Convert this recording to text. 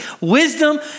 wisdom